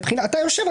אתה יושב,